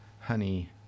honey